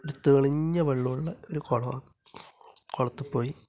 തെളിഞ്ഞ വെള്ളമുള്ള ഒരു കുളമാണ് കുളത്തില് പോയി